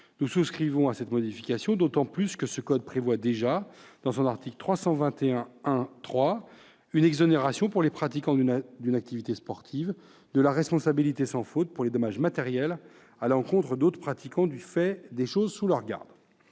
Nous souscrivons à cette modification, d'autant plus que ce code prévoit déjà, dans son article L. 321-1-3, une exonération, pour les pratiquants d'une activité sportive, de la responsabilité sans faute pour les dommages matériels à l'encontre d'autres pratiquants du fait des choses sous leur garde.